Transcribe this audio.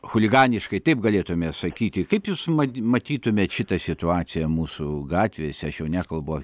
chuliganiškai taip galėtume sakyti kaip jūs mat matytumėt šitą situaciją mūsų gatvėse aš jau nekalbu